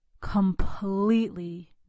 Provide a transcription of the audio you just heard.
completely